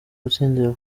gutsindira